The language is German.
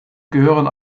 gehören